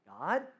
God